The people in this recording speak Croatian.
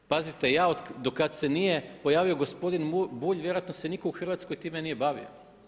Pazite, ja do kad se nije pojavio gospodin Bulj vjerojatno se nitko u Hrvatskoj time nije bavio.